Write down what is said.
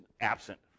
absent